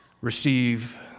receive